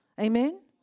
Amen